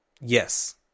Yes